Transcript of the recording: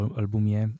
albumie